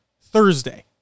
Thursday